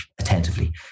attentively